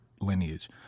lineage